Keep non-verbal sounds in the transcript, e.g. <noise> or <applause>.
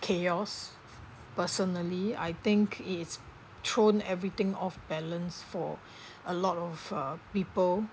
chaos personally I think it is thrown everything off balance for <breath> a lot of uh people